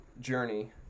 journey